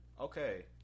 okay